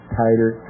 tighter